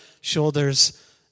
shoulders